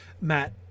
Matt